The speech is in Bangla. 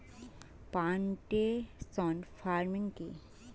প্লান্টেশন ফার্মিং কি?